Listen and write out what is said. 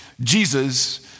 Jesus